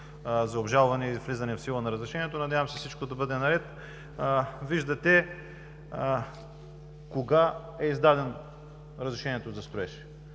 за обжалване и влизане в сила на разрешението. Надявам се всичко да бъде наред. Виждате кога е издадено разрешението за строеж.